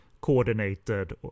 coordinated